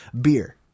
beer